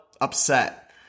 upset